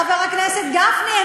חבר הכנסת גפני.